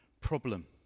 problem